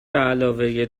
علاوه